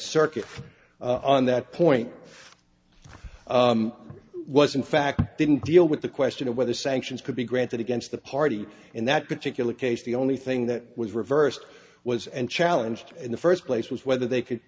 circuit on that point was in fact didn't deal with the question of whether sanctions could be granted against the party in that particular case the only thing that was reversed was and challenged in the first place was whether they could